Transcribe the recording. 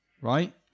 right